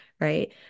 right